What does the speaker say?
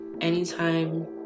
anytime